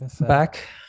back